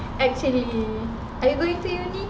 actually are you going to uni